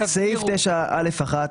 סעיף 9(א)(1).